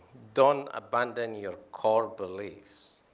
don't abandon your core beliefs.